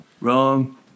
Wrong